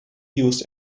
used